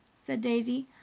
said daisy,